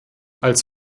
als